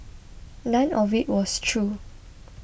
none of it was true